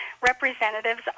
representatives